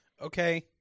okay